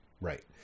right